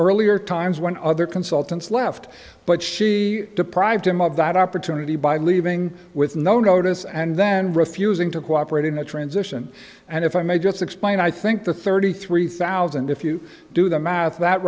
earlier times when other consultants left but she deprived him of that opportunity by leaving with no notice and then refusing to cooperate in the transition and if i may just explain i think the thirty three thousand if you do the math that